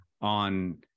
on